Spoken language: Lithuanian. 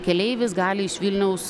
keleivis gali iš vilniaus